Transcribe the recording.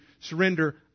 surrender